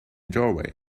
doorway